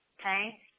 okay